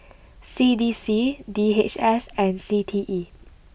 C D C D H S and C T E